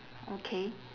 okay